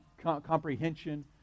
comprehension